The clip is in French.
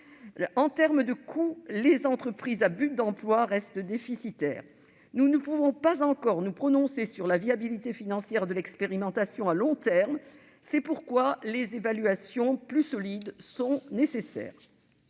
de vue du coût, les entreprises à but d'emploi restent déficitaires. Nous ne pouvons pas encore nous prononcer sur la viabilité financière de l'expérimentation à long terme ; c'est pourquoi des évaluations plus solides sont nécessaires.